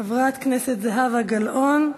חברת הכנסת זהבה גלאון,